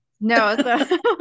no